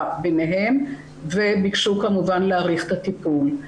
ביניהם וביקשו כמובן להאריך את הטיפול,